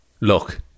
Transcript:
Look